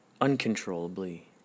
uncontrollably